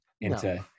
into-